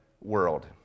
world